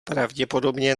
pravděpodobně